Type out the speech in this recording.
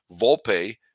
Volpe